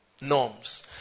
norms